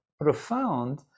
profound